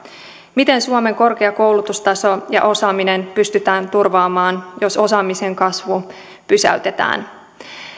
miten suomen korkea koulutustaso ja osaaminen pystytään turvaamaan jos osaamisen kasvu pysäytetään